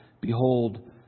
behold